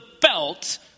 belt